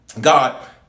God